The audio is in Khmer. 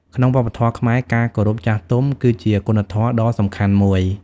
ក្នុងវប្បធម៌ខ្មែរ ការគោរពចាស់ទុំ គឺជាគុណធម៌ដ៏សំខាន់មួយ។